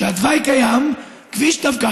שהתוואי קיים דווקא,